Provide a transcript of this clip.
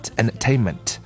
entertainment